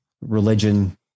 religion